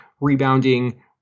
rebounding